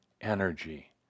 energy